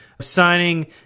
Signing